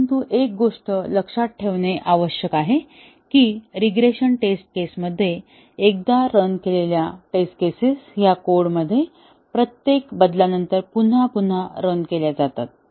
परंतु एक गोष्ट लक्षात ठेवणे आवश्यक आहे की रीग्रेशन टेस्ट केस मध्ये एकदा रन केलेल्या टेस्ट केसेस ह्या कोडमध्ये प्रत्येक बदलानंतर पुन्हा पुन्हा रन केल्या जातात